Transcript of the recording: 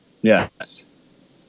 Yes